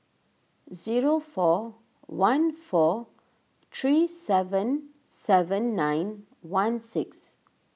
zero four one four three seven seven nine one six